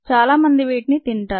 చాలామంది వీటిని తింటారు